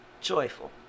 joyful